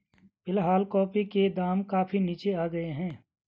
फिलहाल कॉफी के दाम काफी नीचे आ गए हैं